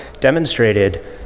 demonstrated